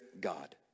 God